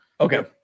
Okay